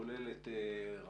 כולל את רח"ל,